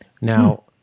Now